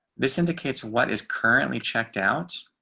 this indicates what is currently checked out,